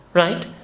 Right